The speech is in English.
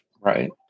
Right